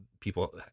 people